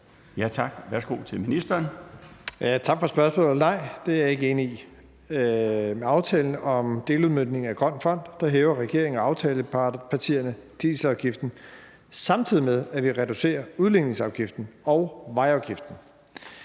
Tak for spørgsmålet. Nej, det er jeg ikke enig i. Med aftalen om deludmøntning af den grønne fond hæver regeringen og aftalepartierne dieselafgiften, samtidig med at vi reducerer udligningsafgiften og vejafgiften.